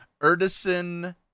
Erdison